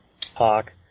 talk